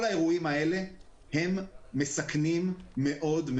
כל האירועים האלה הם מסכנים מאוד.